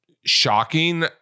shocking